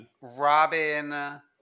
Robin